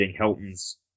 Helton's